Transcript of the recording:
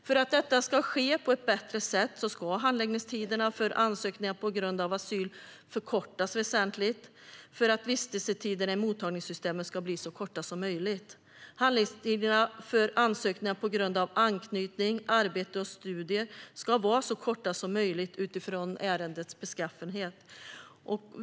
För att detta ska ske på ett bättre sätt ska handläggningstiderna för ansökningar på grund av asyl förkortas väsentligt för att vistelsetiderna i mottagningssystemet ska bli så korta som möjligt. Handläggningstiderna för ansökningar på grund av anknytning, arbete och studier ska vara så korta som möjligt utifrån ärendets beskaffenhet.